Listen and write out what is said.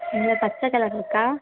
இதில் பச்சை கலர் இருக்கா